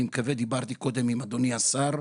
אני מקווה, דיברתי קודם עם אדוני השר,